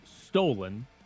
stolen